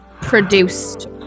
produced